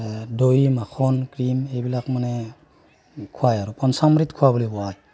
দৈ মাখন ক্ৰিম এইবিলাক মানে খুৱায় আৰু পঞ্চামৃত খোৱা বুলি কয়